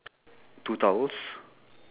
two towels